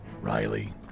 Riley